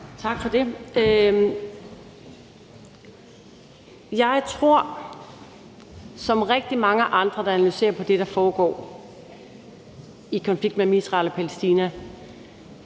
Tak for det. Jeg tror som rigtig mange andre, der analyserer på det, der foregår i konflikten mellem Israel og Palæstina,